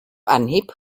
anhieb